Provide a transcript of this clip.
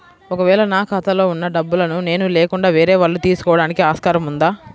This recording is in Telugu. ఒక వేళ నా ఖాతాలో వున్న డబ్బులను నేను లేకుండా వేరే వాళ్ళు తీసుకోవడానికి ఆస్కారం ఉందా?